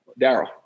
Daryl